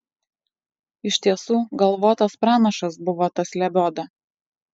iš tiesų galvotas pranašas buvo tas lebioda